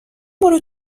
برو